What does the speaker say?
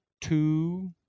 Two